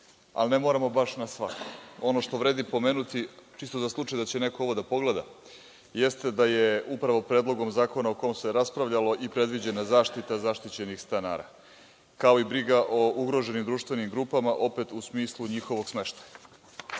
ali ne moramo baš na svaku. Ono što vredi pomenuti, čisto za slučaj da će neko ovo da pogleda, jeste da je upravo Predlogom zakona o kom se raspravljalo i predviđena zaštita zaštićenih stanara, kao i briga o ugroženim društvenim grupama, opet u smislu njihovog smeštaja.